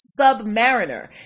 Submariner